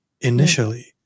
initially